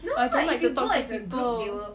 I don't like to talk to people